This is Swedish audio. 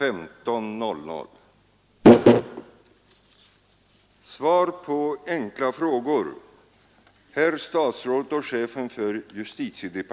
15.00.